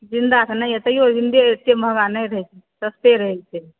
ज़िन्दा तऽ नहि यऽ तहियो जिन्दो एतय महँगा नहि रहै छै सस्ते रहै छै